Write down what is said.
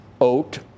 oat